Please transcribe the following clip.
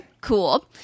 cool